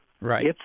Right